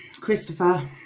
Christopher